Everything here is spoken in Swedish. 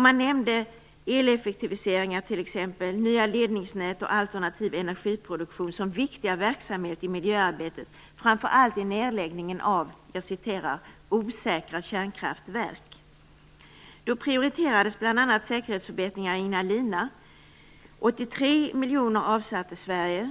Man nämnde också t.ex. eleffektiviseringar, nya ledningsnät och alternativ energiproduktion som viktiga verksamheter i miljöarbetet, framför allt när det gäller nedläggningen av, och jag citerar: "osäkra kärnkraftverk". Då prioriterades bl.a. säkerhetsförbättringar i Ignalina. 1994-1995 avsatte Sverige